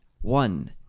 One